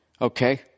okay